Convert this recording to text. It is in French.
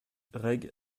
rég